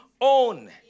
own